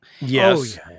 Yes